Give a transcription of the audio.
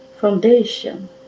foundation